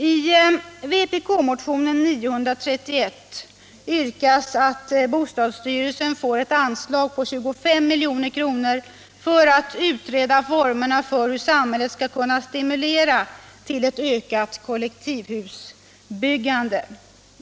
I vpk-motionen 931 yrkas att bostadsstyrelsen får ett anslag på 25 milj.kr. för att utreda formerna för hur samhället skall kunna stimulera till ett ökat kollektivhusbyggande.